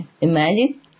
Imagine